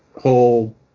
whole